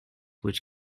which